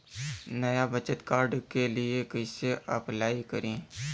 नया बचत कार्ड के लिए कइसे अपलाई करी?